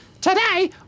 Today